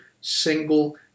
single